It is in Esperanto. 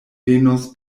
venos